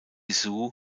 sue